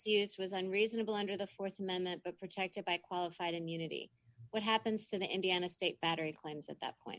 years was unreasonable under the th amendment protected by qualified immunity what happens to the indiana state battery claims at that point